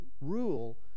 rule